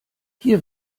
hier